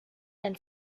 and